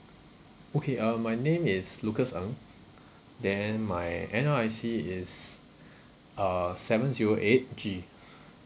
okay uh my name is lucas ng then my N_R_I_C is uh seven zero eight G